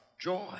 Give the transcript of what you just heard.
joy